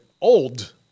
old